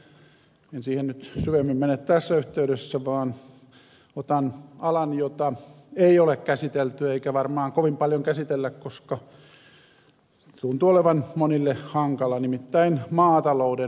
en siihen nyt syvemmin mene tässä yhteydessä vaan otan alan jota ei ole käsitelty eikä varmaan kovin paljon käsitellä koska se tuntuu olevan monille hankala nimittäin maatalouden näkymät